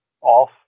off